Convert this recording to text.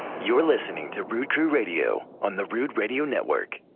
you're listening to rood crew radio on the rood radio network.